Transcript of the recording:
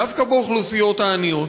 דווקא באוכלוסיות העניות.